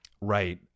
Right